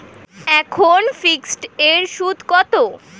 এখন ফিকসড এর সুদ কত?